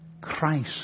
Christ